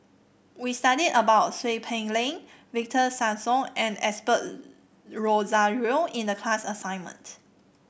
we studied about Seow Peck Leng Victor Sassoon and Osbert Rozario in the class assignment